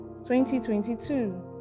2022